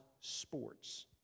sports